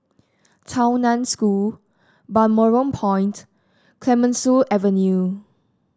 Tao Nan School Balmoral Point Clemenceau Avenue